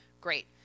great